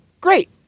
great